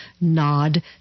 nod